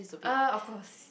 erm of course